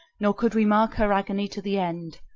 nor could we mark her agony to the end.